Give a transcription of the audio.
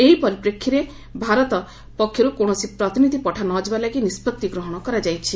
ଏହି ପରିପ୍ରେକ୍ଷୀରେ ଭାରତ ପକ୍ଷର୍ତ କୌଣସି ପ୍ରତିନିଧି ପଠା ନ ଯିବା ଲାଗି ନିଷ୍କଭି ଗ୍ରହଣ କରାଯାଇଛି